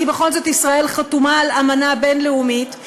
כי בכל זאת ישראל חתומה על אמנה בין-לאומית,